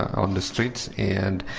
on the streets and